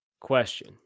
question